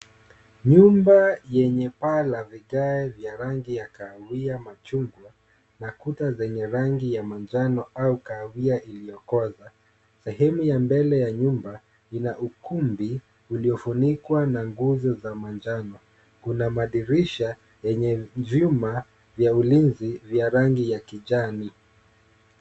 Nyumba yenye paa la vigae vya rangi kahawia machungwa na kuta zenye rangi ya manjano au kahawia iliyokoza. Sehemu ya mbele ya nyumba ina ukumbi uliofunikwa na nguzo za manjano. Kuna madirisha yenye vyuma vya ulinzi vya rangi ya kijani.